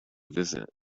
visit